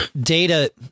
data